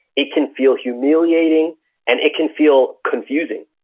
it can feel humiliating and it can feel confusing.